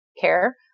care